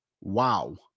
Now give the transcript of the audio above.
Wow